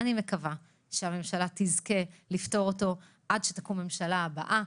אני מקווה שהממשלה תזכה לפתור אותו עד שתקום הממשלה הבאה.